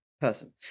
person